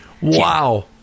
Wow